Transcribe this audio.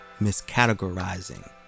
miscategorizing